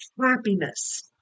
happiness